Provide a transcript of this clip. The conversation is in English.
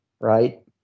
right